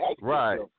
right